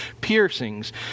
piercings